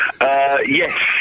Yes